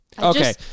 Okay